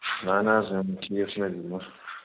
اہن حظ اۭں ٹھیٖک